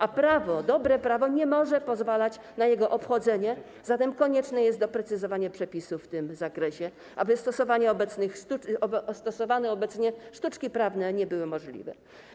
A prawo, dobre prawo, nie może pozwalać na jego obchodzenie, zatem konieczne jest doprecyzowanie przepisów w tym zakresie, aby stosowane obecnie sztuczki prawne nie były możliwe.